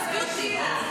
תעזבי אותי.